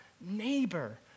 neighbor